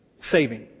Saving